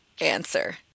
answer